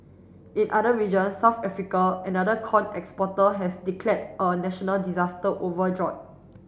in other regions South Africa another corn exporter has declared a national disaster over drought